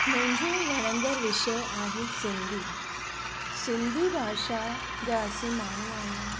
मुंहिंजो वणंदड़ु विषय आहे सिंधी सिंधी भाषा जा असीं माण्हू आहियूं